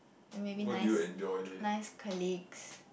then maybe nice nice colleagues